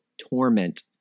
torment